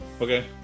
Okay